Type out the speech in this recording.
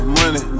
money